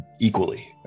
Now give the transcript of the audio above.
equally